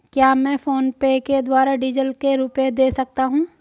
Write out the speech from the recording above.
क्या मैं फोनपे के द्वारा डीज़ल के रुपए दे सकता हूं?